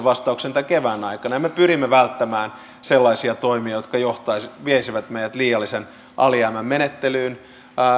vastauksen tämän kevään aikana me pyrimme välttämään sellaisia toimia jotka veisivät meidät liiallisen alijäämän menettelyyn